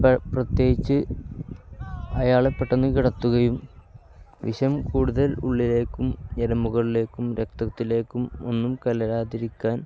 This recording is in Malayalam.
പ്രത്യേകിച്ച് അയാളെ പെട്ടെന്നു കിടത്തുകയും വിഷം കൂടുതൽ ഉള്ളിലേക്കും ഞരമ്പുകളിലേക്കും രക്തത്തിലേക്കും ഒന്നും കലരാതിരിക്കാൻ